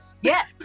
Yes